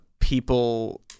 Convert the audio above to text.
people